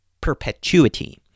perpetuity